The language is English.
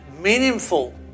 meaningful